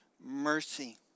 mercy